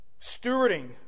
stewarding